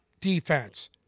defense